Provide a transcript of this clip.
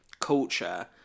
culture